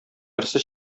берсе